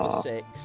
six